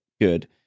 good